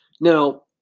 Now